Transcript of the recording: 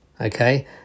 okay